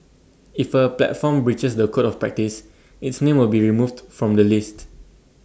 if A platform breaches the code of practice its name will be removed from the list